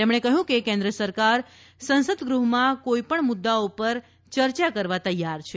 તેમણે કહ્યું કે કેન્દ્ર સરકાર સાંસદ ગૃહમાં કોઈ પણ મુદ્દાઓ પર ચર્ચા કરવા તૈયાર છે